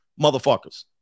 motherfuckers